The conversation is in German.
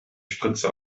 spritze